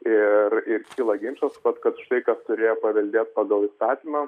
ir ir kyla ginčas vat kad štai kas turėjo paveldėt pagal įstatymą